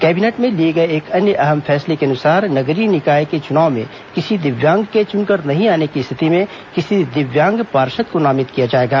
cabinet में लिए गए एक अन्य अहम फैसले के अनुसार नगरीय निकाय के चुनाव में किसी दिव्यांग के चुनकर नहीं आने की स्थिति में किसी दिव्यांग पार्षद को नोमित किया जाएगा